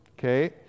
Okay